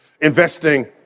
investing